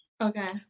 Okay